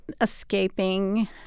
escaping